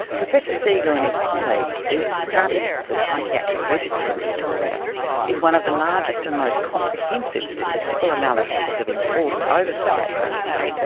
professor segal and his colleagues' deep study of the psychiatric register in victoria is one of the largest and most comprehensive statistical analyses of enforced oversight undertaken